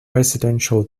residential